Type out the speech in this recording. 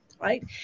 right